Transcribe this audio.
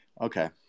Okay